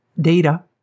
data